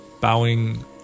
Bowing